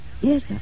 Yes